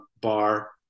bar